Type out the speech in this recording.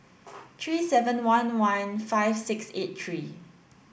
three seven one one five six eight three